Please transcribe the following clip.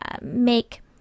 make